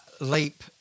leap